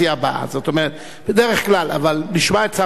אבל נשמע את שר המשפטים.